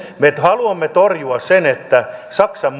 me haluamme torjua sen että saksan